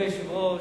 אדוני היושב-ראש,